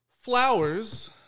Flowers